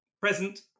present